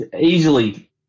easily